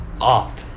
up